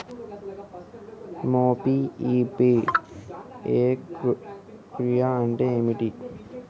UPI FAQ అంటే ఏమిటి?